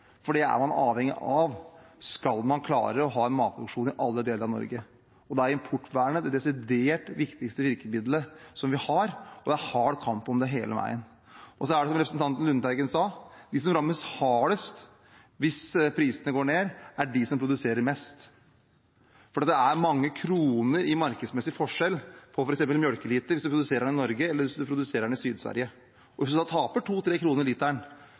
for det er man avhengig av skal man klare å ha en matproduksjon i alle deler av Norge. Da er importvernet det desidert viktigste virkemiddet vi har, og det er hard kamp om det hele veien. Som representanten Lundteigen sa, er det de som produserer mest, som rammes hardest hvis prisene går ned. Markedsmessig er det mange kroner i forskjell f.eks. per melkeliter, avhengig av om man produserer den i Norge eller i Syd-Sverige. Hvis man da taper to–tre kroner literen